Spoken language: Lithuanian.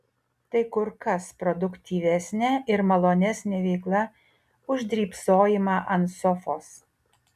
tai kur kas produktyvesnė ir malonesnė veikla už drybsojimą ant sofos